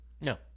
No